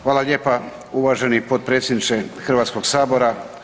Hvala lijepa, uvaženi potpredsjedniče Hrvatskog sabora.